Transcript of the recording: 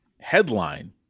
headline